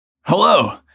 Hello